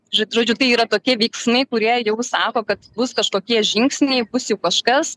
žod žodžiu tai yra tokie veiksmai kurie jau sako kad bus kažkokie žingsniai bus jau kažkas